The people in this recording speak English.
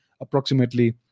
approximately